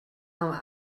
amb